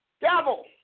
devil